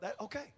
Okay